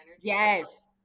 Yes